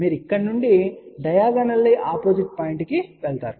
మీరు ఇక్కడి నుండి డయాగానల్లీ ఆపోజిట్ పాయింట్ కు వెళతారు